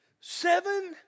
seven